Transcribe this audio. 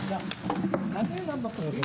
ברשותכם, אני נועל את הדיון.